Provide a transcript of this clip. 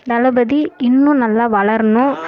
தளபதி இன்னும் நல்லா வளரணும்